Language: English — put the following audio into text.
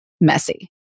messy